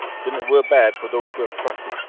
then it were bad for those who have trusted,